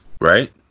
right